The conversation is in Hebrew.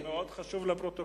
זה מאוד חשוב לפרוטוקול.